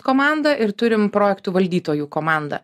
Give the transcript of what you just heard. komandą ir turim projektų valdytojų komandą